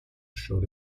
showed